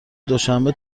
دوشنبه